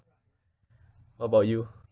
how about you